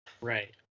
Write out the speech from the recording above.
Right